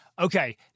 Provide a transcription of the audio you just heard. Okay